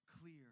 clear